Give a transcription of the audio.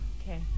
Okay